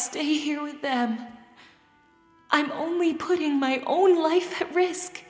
stay here with them i'm only putting my own life at risk